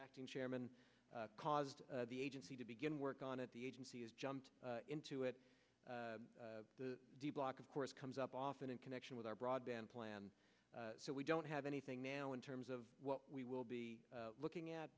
acting chairman caused the agency to begin work on it the agency has jumped into it the block of course comes up often in connection with our broadband plan so we don't have anything now in terms of what we will be looking at